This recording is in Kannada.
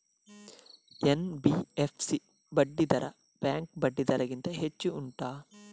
ಎನ್.ಬಿ.ಎಫ್.ಸಿ ಬಡ್ಡಿ ದರ ಬ್ಯಾಂಕ್ ಬಡ್ಡಿ ದರ ಗಿಂತ ಹೆಚ್ಚು ಉಂಟಾ